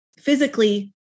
physically